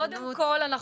קודם כל,